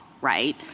right